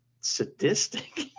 sadistic